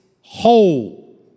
whole